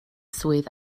swydd